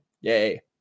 yay